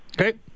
Okay